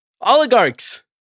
oligarchs